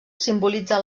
simbolitza